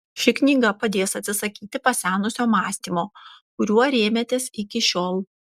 ši knyga padės atsisakyti pasenusio mąstymo kuriuo rėmėtės iki šiol